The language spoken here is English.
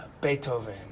Beethoven